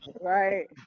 right